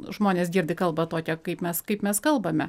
žmonės girdi kalbą tokią kaip mes kaip mes kalbame